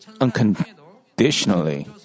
unconditionally